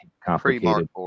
complicated